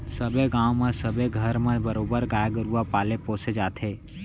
सबे गाँव म सबे घर म बरोबर गाय गरुवा पाले पोसे जाथे